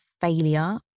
failure